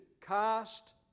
cast